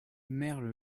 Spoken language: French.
merle